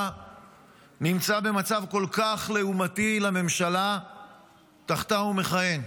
נמצא במצב כל כך לעומתי לממשלה שתחתה הוא מכהן.